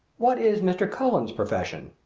what is mr. cullen's profession?